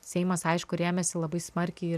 seimas aišku rėmėsi labai smarkiai